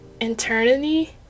Eternity